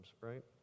right